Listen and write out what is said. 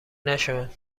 نشد